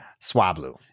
Swablu